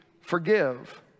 forgive